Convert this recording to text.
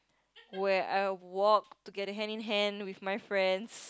where I walked together hand in hand with my friends